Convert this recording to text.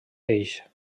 eix